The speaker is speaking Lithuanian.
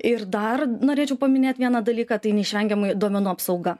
ir dar norėčiau paminėt vieną dalyką tai neišvengiamai duomenų apsauga